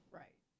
right